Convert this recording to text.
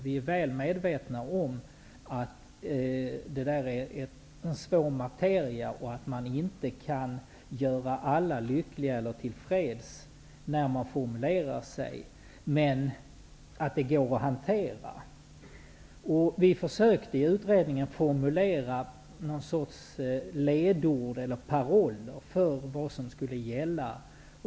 Vi är väl medvetna om att detta är en stor materia och att man inte kan göra alla lyckliga och tillfreds när man formulerar sig. Men det går att hantera. Vi försökte i utredningen formulera någon sorts ledord eller paroller för vad som skulle gälla.